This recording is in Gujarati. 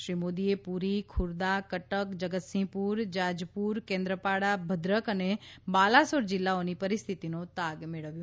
શ્રી મોદીએ પુરી ખુર્દા કટક જગતસિંહપુર જાજપુર કેન્દ્રપાડા ભદ્રક અને બાલાસોર જિલ્લાઓની પરિસ્થિતિનો તાગ મેળવ્યો